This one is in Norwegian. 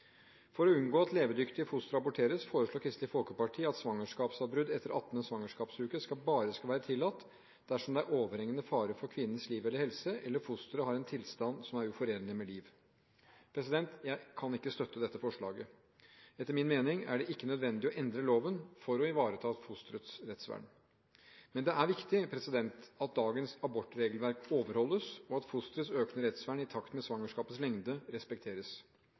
For å unngå at levedyktige fostre aborteres foreslår Kristelig Folkeparti at svangerskapsavbrudd etter 18. svangerskapsuke bare skal være tillatt dersom det er overhengende fare for kvinnens liv eller helse eller fosteret har en tilstand som er uforenlig med liv. Jeg kan ikke støtte dette forslaget. Etter min mening er det ikke nødvendig å endre loven for å ivareta fostres rettsvern. Men det er viktig at dagens abortregelverk overholdes, og at fosterets økende rettsvern i takt med svangerskapets lengde respekteres.